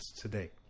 today